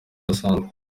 udasanzwe